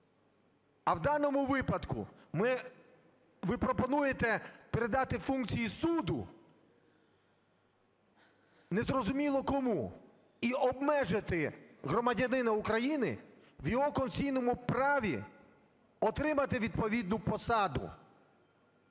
А в даному випадку ми… Ви пропонуєте передати функції суду незрозуміло кому і обмежити громадянина України в його конституційному праві отримати відповідну посаду.